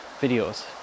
videos